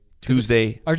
Tuesday